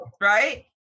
Right